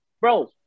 Bro